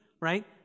right